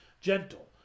gentle